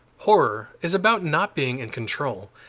horror is about not being in control.